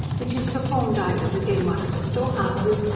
which is performed either within one of the storehouses,